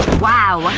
wow.